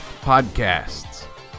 podcasts